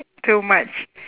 too much